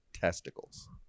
testicles